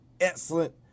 excellent